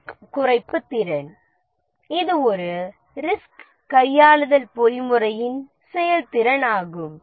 risk குறைப்பு திறன் இது ஒரு ரிஸ்க் கையாளுதல் பொறிமுறையின் செயல்திறன் ஆகும்